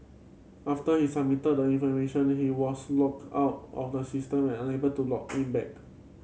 after he submitted the information he was logged out of the system and unable to log in back